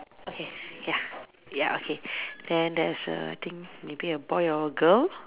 okay ya ya okay then there's I think maybe a boy or a girl